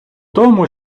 тому